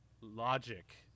logic